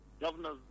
governors